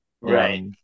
Right